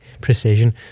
precision